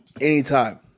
Anytime